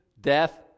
Death